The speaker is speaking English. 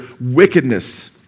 wickedness